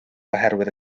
oherwydd